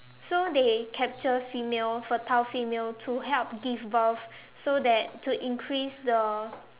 so they capture female fertile female to help give birth so that to increase the